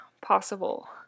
possible